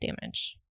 damage